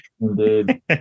Indeed